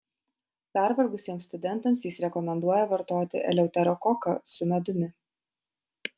pervargusiems studentams jis rekomenduoja vartoti eleuterokoką su medumi